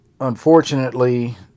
unfortunately